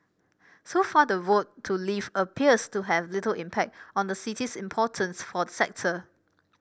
so far the vote to leave appears to have little impact on the city's importance for the sector